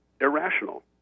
irrational